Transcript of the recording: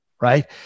right